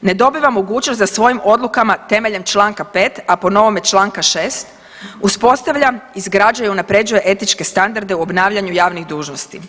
ne dobiva mogućnost da svojim odlukama temeljem čl. 5., a po novom čl. 6., uspostavlja, izgrađuje i unaprjeđuje etičke standarde u obnavljanju javnih dužnosti.